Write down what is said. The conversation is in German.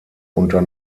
unter